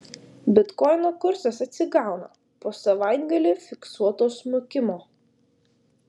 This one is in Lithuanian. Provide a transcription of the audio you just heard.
bitkoino kursas atsigauna po savaitgalį fiksuoto smukimo